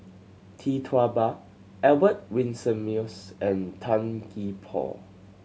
Tee Tua Ba Albert Winsemius and Tan Gee Paw